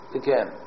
again